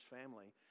family